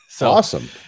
Awesome